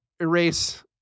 erase